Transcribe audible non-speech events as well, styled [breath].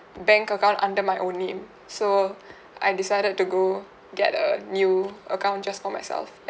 bank account under my own name so [breath] I've decided to go get a new account just for myself